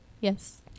Yes